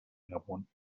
gabón